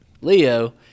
Leo